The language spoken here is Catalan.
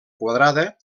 quadrada